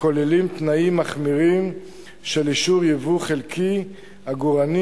הכוללים תנאים מחמירים של אישור ייבוא חלקי עגורנים